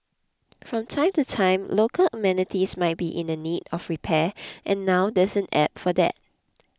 from time to time local amenities might be in the need of repair and now there's an app for that